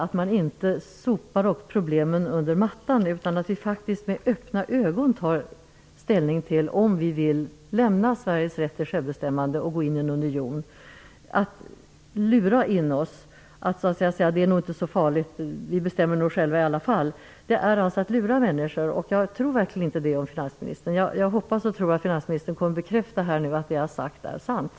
Man skall inte sopa problemen under mattan, utan vi skall med öppna ögon ta ställning till om vi vill lämna Sveriges rätt till självbestämmande och gå in i en union. Det vore att lura in oss om man säger: Det är nog inte så farligt, vi bestämmer nog själva i alla fall. Det är att lura människor, och jag tror verkligen inte det om finansminstern. Jag hoppas och tror att finansministern här kommer att bekräfta att det jag har sagt är sant.